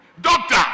Doctor